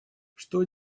что